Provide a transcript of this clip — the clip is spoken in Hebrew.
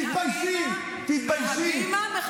תתביישי, תתביישי.